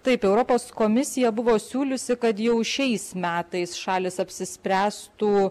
taip europos komisija buvo siūliusi kad jau šiais metais šalys apsispręstų